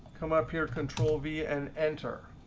come up here control v and enter.